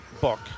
book